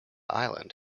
island